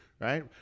Right